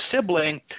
sibling